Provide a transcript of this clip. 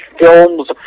films